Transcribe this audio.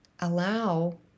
allow